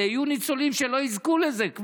הזה יהיו ניצולים שכבר לא יזכו לזה.